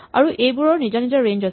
আৰু এইবোৰৰ নিজা নিজা ৰেঞ্জ আছে